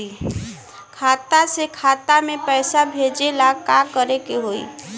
खाता से खाता मे पैसा भेजे ला का करे के होई?